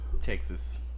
Texas